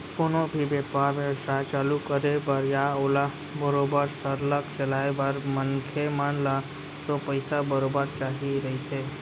कोनो भी बेपार बेवसाय चालू करे बर या ओला बरोबर सरलग चलाय बर मनखे मन ल तो पइसा बरोबर चाही रहिथे